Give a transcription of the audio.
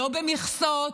לא במכסות,